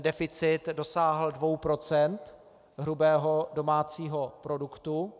Deficit dosáhl dvou procent hrubého domácího produktu.